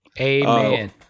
Amen